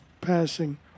passing